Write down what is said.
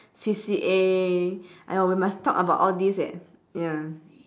C_C_A !aiya! we must talk about all this eh ya